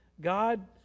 God